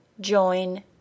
join